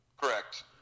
Correct